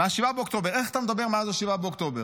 מ-7 באוקטובר, איך אתה מדבר מאז 7 באוקטובר?